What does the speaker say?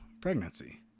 pregnancy